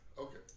Okay